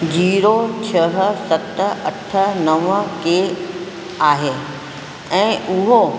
जीरो छह सत अठ नव के आहे ऐं उहो